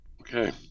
Okay